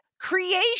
creation